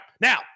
now